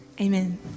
Amen